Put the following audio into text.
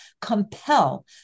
compel